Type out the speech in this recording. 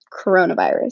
coronavirus